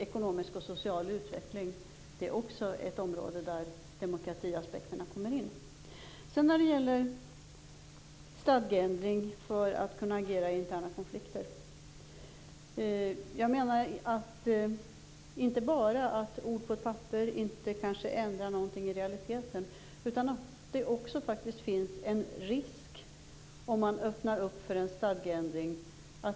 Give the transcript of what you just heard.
Ekonomisk och social utveckling är också ett område där demokratiaspekterna kommer in. Sedan var det frågan om stadgeändring för att kunna agera i interna konflikter. Jag menar inte enbart att ord på ett papper inte ändrar på något i realiteten. Det finns också en risk att situationen förvärras vid en stadgeändring.